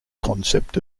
concept